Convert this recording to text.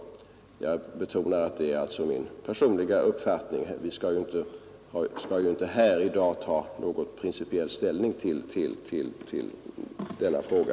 Jag betonar att det är min personliga uppfattning. Vi skall inte här i dag ta någon principiell ställning till denna fråga.